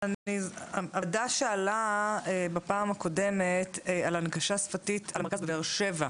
הוועדה שאלה בפעם הקודמת על הנגשה שפתית של המרכז בבאר-שבע.